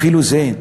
אפילו זה אין.